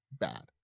bad